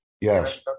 Yes